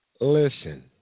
Listen